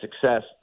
success